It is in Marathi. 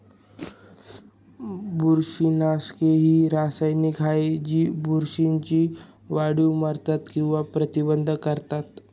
बुरशीनाशके ही रसायने आहेत जी बुरशीच्या वाढीस मारतात किंवा प्रतिबंधित करतात